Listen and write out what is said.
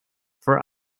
for